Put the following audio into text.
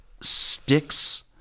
sticks